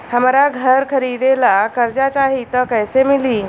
हमरा घर खरीदे ला कर्जा चाही त कैसे मिली?